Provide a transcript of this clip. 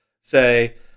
say